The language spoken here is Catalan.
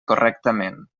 correctament